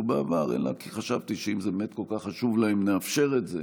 בעבר אלא כי חשבתי שאם זה באמת כל כך חשוב להם אז נאפשר את זה.